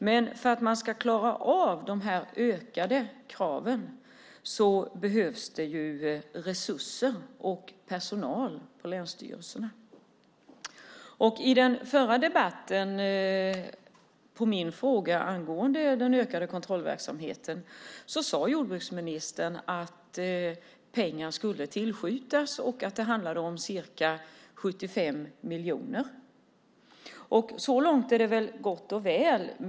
Men för att man ska klara av de ökade kraven behövs resurser och personal på länsstyrelserna. Jag ställde en fråga i den förra debatten angående den ökade kontrollverksamheten. Då sade jordbruksministern att pengar skulle tillskjutas och att det handlade om ca 75 miljoner. Så långt är det väl gott och väl.